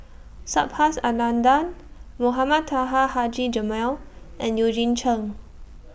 Subhas Anandan Mohamed Taha Haji Jamil and Eugene Chen